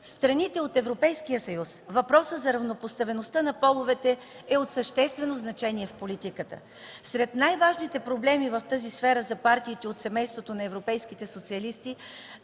страните от Европейския съюз въпросът за равнопоставеността на половете е от съществено значение в политиката. Сред най-важните проблеми в тази сфера за партиите от семейството на европейските социалисти